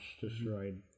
destroyed